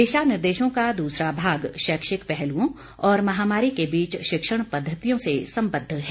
दिशा निर्देशों का दूसरा भाग शैक्षिक पहलुओं और महामारी के बीच शिक्षण पद्धतियों से संबद्ध है